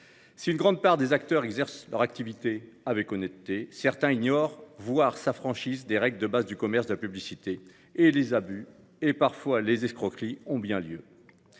Si une grande part des acteurs exercent leur activité avec honnêteté, certains ignorent, voire s'affranchissent des règles de base du commerce et de la publicité. Des abus, et parfois des escroqueries ont bien lieu.